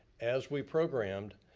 as we programmed,